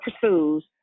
pursues